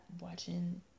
watching